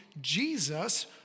Jesus